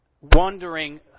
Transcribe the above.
wondering